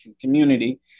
community